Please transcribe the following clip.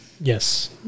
Yes